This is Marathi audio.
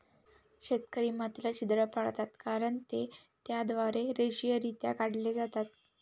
शेतकरी मातीला छिद्र पाडतात कारण ते त्याद्वारे रेषीयरित्या काढले जातात